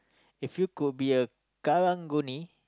if you could be a karang-guni